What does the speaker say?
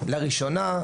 לראשונה,